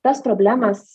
tas problemas